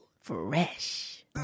Fresh